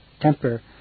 temper